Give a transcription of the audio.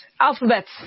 alphabets